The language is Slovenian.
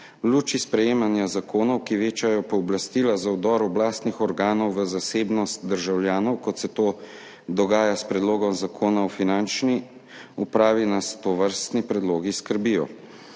luči sprejemanja zakonov, ki večajo pooblastila za vdor oblastnih organov v zasebnost državljanov, kot se to dogaja s Predlogom zakona o finančni upravi, nas tovrstni predlogi skrbijo.